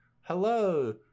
hello